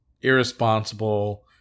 irresponsible